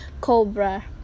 cobra